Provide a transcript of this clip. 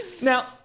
Now